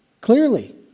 clearly